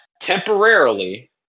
temporarily –